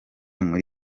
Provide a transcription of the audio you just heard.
muri